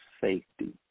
safety